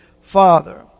Father